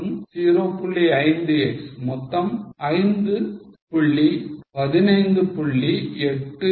5 x மொத்தம் 5 புள்ளி 15